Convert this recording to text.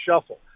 shuffle